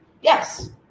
Yes